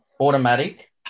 automatic